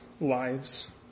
lives